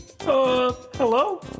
hello